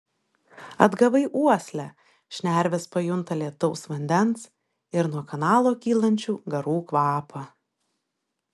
atgavai uoslę šnervės pajunta lietaus vandens ir nuo kanalo kylančių garų kvapą